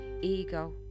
ego